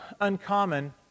uncommon